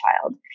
child